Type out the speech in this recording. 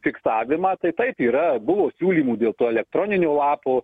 fiksavimą tai taip yra buvo siūlymų dėl to elektroninio lapo